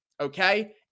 okay